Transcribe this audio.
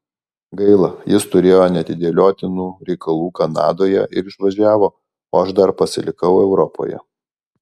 gaila jis turėjo neatidėliotinų reikalų kanadoje ir išvažiavo o aš dar pasilikau europoje